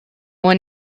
one